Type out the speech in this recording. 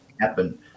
happen